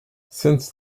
since